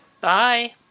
Bye